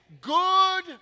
good